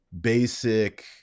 basic